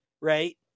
right